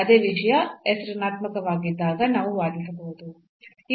ಅದೇ ವಿಷಯ s ಋಣಾತ್ಮಕವಾಗಿದ್ದಾಗ ನಾವು ವಾದಿಸಬಹುದು